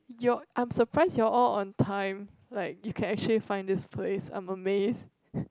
y'all I'm surprised y'all all on time like you can actually find this place I'm amazed